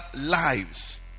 lives